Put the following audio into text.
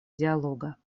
диалога